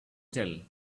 tell